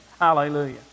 Hallelujah